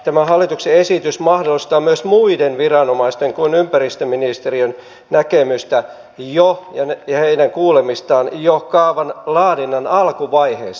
tämä hallituksen esitys mahdollistaa myös muiden viranomaisten kuin ympäristöministeriön näkemystä ja heidän kuulemistaan jo kaavan laadinnan alkuvaiheessa